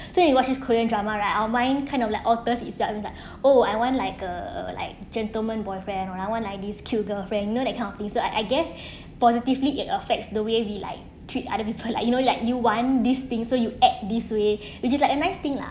so you watch this korean drama right our mind kind of like otters is there it was like oh I want like a like gentleman boyfriend when I want like this cute girlfriend you know that kind of thing so I I guess positively it affects the way we like treat other people like you know like you want these things so you act this way which is like a nice thing lah